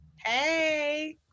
hey